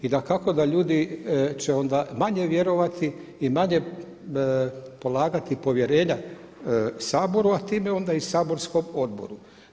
I dakako da ljudi će onda manje vjerovati i manje polagati povjerenja Saboru a time onda i saborskom odboru.